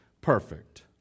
perfect